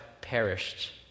perished